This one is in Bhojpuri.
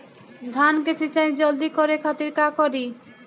धान के सिंचाई जल्दी करे खातिर का करी?